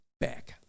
back